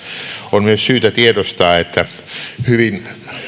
on myös syytä tiedostaa että hyvin